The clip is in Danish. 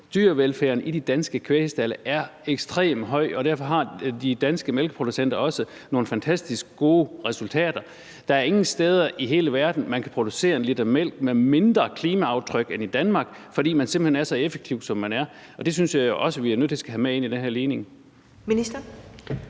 Dyrevelfærden i de danske kvægstalde er ekstremt høj, og derfor har de danske mælkeproducenter nogle fantastisk gode resultater. Der er ingen steder i hele verden, man kan producere 1 l mælk med et mindre klimaaftryk end i Danmark, fordi man simpelt hen er så effektiv, som man er. Det synes jeg også vi er nødt til at have med i den her ligning.